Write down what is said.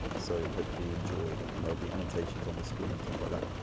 so hopefully you enjoy, and there'll be annotations on the screen things like that.